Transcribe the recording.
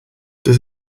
does